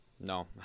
no